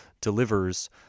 delivers